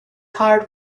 heart